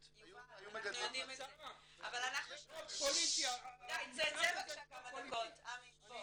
שמענו, תודה, אני לא רוצה להוציא אבל אי